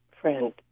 friend